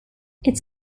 its